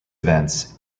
events